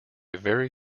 very